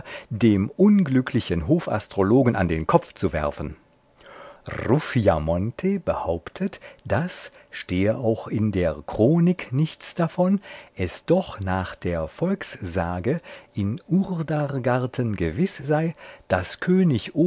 dem unglücklichen hofastrologen an den kopf zu werfen ruffiamonte behauptet daß stehe auch in der chronik nichts davon es doch nach der volkssage in urdargarten gewiß sei daß könig